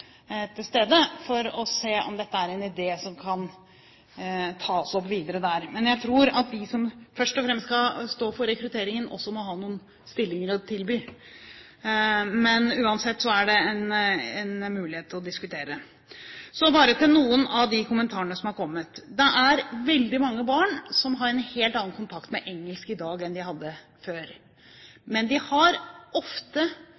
til stede, for å se om dette er en idé som kan tas opp videre der. Men jeg tror at de som først og fremst skal stå for rekrutteringen, også må ha noen stillinger å tilby. Uansett er det en mulighet å diskutere. Så til noen av de kommentarene som har kommet. Det er veldig mange barn som har en helt annen kontakt med engelsk i dag enn de hadde før, men de har ofte